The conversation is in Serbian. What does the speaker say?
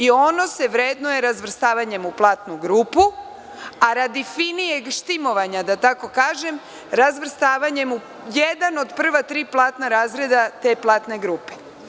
Ono se vrednuje razvrstavanjem u platnu grupu, a radi finijeg štimovanja, da tako kažem, razvrstavanjem u jedan od prva tri platna razreda te platne grupe.